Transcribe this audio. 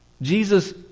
Jesus